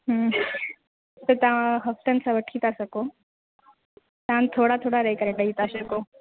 हम्म त तव्हां हफ़्तनि सां वठी था सघो दाम थोरा थोरा ॾेई था सघो